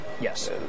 Yes